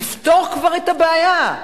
תפתור כבר את הבעיה.